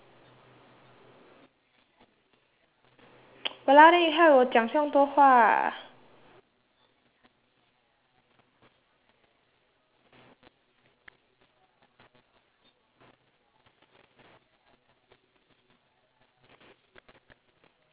!walao! then you 害我讲这样多话